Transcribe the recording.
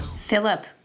Philip